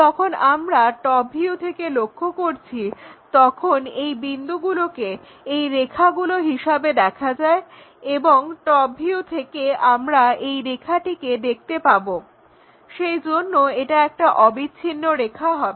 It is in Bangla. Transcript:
যখন আমরা টপ ভিউ থেকে লক্ষ্য করছি তখন এই বিন্দুগুলোকে এই রেখাগুলো হিসাবে দেখা যায় এবং টপ ভিউ থেকে আমরা এই রেখাটিকে দেখতে পাবো সেই জন্য এটা একটা অবিচ্ছিন্ন রেখা হবে